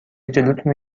جلوتونو